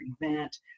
event